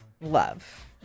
love